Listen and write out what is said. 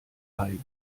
hai